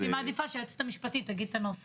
הייתי מעדיפה שהיועצת המשפטית תגיד את הנוסח.